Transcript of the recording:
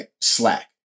slack